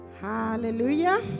Hallelujah